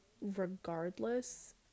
regardless